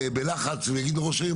בלחץ של ראש עיר.